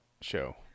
show